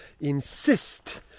insist